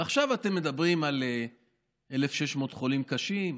ועכשיו אתם מדברים על 1,600 חולים קשים,